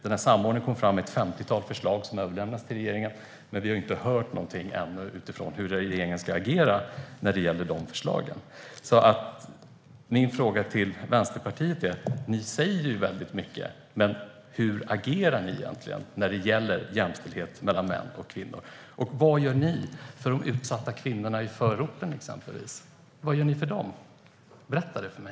Samordnaren tog fram ett femtiotal förslag som överlämnades till regeringen, men vi har ännu inte hört hur regeringen ska agera i fråga om de förslagen. Vänsterpartiet säger mycket, men hur agerar ni egentligen när det gäller jämställdhet mellan män och kvinnor? Vad gör ni för de utsatta kvinnorna i förorten? Berätta för mig!